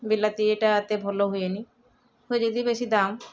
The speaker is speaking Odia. ବିଲାତିଟା ଏତେ ଭଲ ହୁଏନି ହୁଏ ଯଦି ବେଶୀ ଦାମ୍